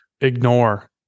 ignore